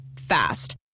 Fast